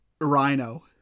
rhino